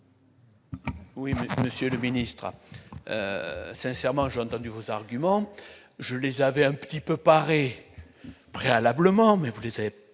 Oui, monsieur le ministre, sincèrement, j'ai entendu vos arguments, je les avais un petit peu pareil préalablement mais vous les avez